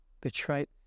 Betrayed